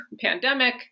pandemic